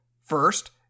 First